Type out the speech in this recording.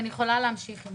אני יכולה להמשיך עם